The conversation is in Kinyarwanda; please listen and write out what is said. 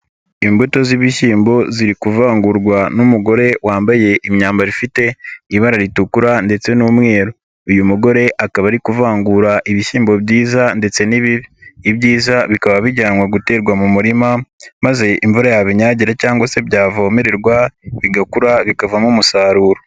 Imbuto z'ibishyimbo ziri kuvangurwa n'umugore wambaye imyambaro ifite ibara ritukura ndetse n'umweru, uyu mugore akaba ari kuvangura ibishyimbo byiza ndetsen'ibibi, ibyiza bikaba bijyanwa guterwa mu murima maze imvura yabinyagira cyangwa se byavomererwa bigakura bikavamo umusaruro.